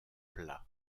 plat